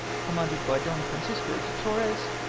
commanded by don francisco de torres,